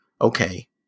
okay